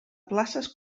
places